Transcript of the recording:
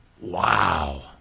Wow